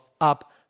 up